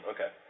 Okay